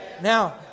Now